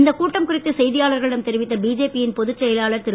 இந்த கூட்டம் குறித்து செய்தியாளர்களிடம் தெரிவித்த பிஜேபியின் பொதுச் செயலர் திரு